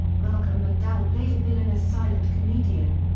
malcolm mcdowell played a villainous silent comedian.